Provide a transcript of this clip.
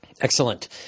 Excellent